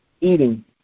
eating